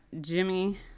Jimmy